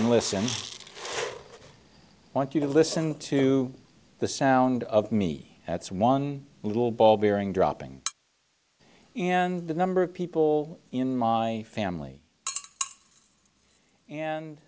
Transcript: and listen i want you to listen to the sound of me that's one little ball bearing dropping in the number of people in my family and